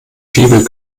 fibel